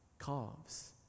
calves